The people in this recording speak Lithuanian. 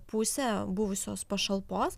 pusę buvusios pašalpos